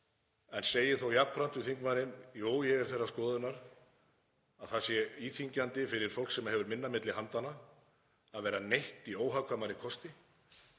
en segi þó jafnframt við þingmanninn: Jú, ég er þeirrar skoðunar að það sé íþyngjandi fyrir fólk sem hefur minna á milli handanna að vera neytt í óhagkvæmari kosti.